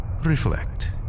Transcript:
reflect